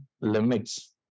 limits